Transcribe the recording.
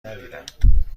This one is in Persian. ندیدم